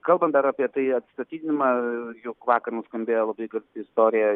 kalbant dar apie tai atstatydinimą juk vakar nuskambėjo labai garsi istorija